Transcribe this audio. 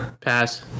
pass